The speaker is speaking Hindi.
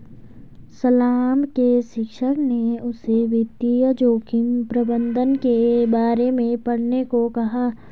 सलमा के शिक्षक ने उसे वित्तीय जोखिम प्रबंधन के बारे में पढ़ने को कहा